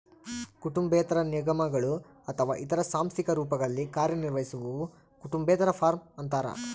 ಕುಟುಂಬೇತರ ನಿಗಮಗಳು ಅಥವಾ ಇತರ ಸಾಂಸ್ಥಿಕ ರೂಪಗಳಲ್ಲಿ ಕಾರ್ಯನಿರ್ವಹಿಸುವವು ಕುಟುಂಬೇತರ ಫಾರ್ಮ ಅಂತಾರ